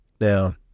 Now